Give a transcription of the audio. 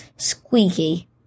Squeaky